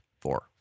four